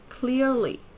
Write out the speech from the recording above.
Clearly